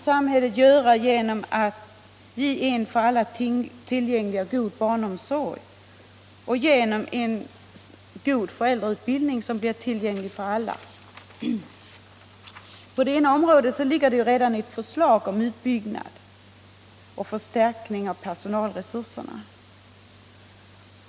Samhället kan hjälpa till att ge en för alla tillgänglig och god barnomsorg och genom en god föräldrautbildning som blir tillgänglig för alla. I fråga om barnomsorgen föreligger redan ett regeringsförslag om utbyggnad och förstärkning av personalresurserna.